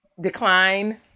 decline